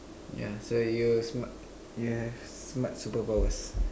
yeah so you have smart you have smart superpowers